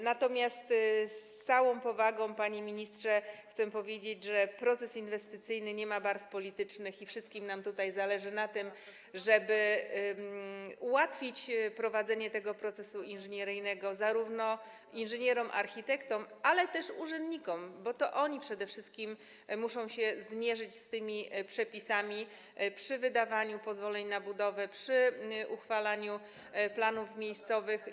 Natomiast z całą powagą, panie ministrze, chcę powiedzieć, że proces inwestycyjny nie ma barw politycznych i wszystkim nam tutaj zależy na tym, żeby ułatwić prowadzenie tego procesu inżynieryjnego zarówno inżynierom, architektom, jak i urzędnikom, bo to oni przede wszystkim muszą się zmierzyć z tymi przepisami przy wydawaniu pozwoleń na budowę, przy uchwalaniu planów miejscowych.